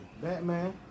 Batman